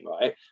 Right